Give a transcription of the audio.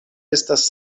estas